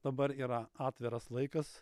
dabar yra atviras laikas